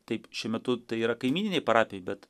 taip šiuo metu tai yra kaimyninėj parapijoj bet